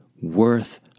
worth